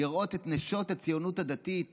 לראות את נשות הציונות הדתית